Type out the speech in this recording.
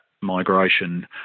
migration